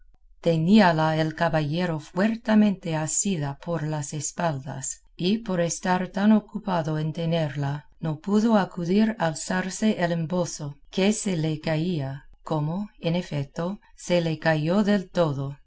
la miraban teníala el caballero fuertemente asida por las espaldas y por estar tan ocupado en tenerla no pudo acudir a alzarse el embozo que se le caía como en efeto se le cayó del todo